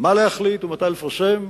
מה להחליט ומתי לפרסם.